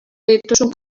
dituzun